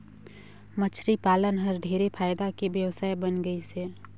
मछरी पालन हर ढेरे फायदा के बेवसाय बन गइस हे